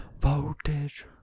Voltage